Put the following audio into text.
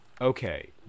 Okay